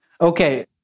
Okay